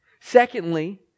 Secondly